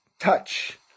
touch